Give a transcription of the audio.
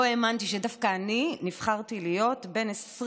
לא האמנתי שדווקא אני נבחרתי להיות בין 20